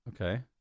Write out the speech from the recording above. Okay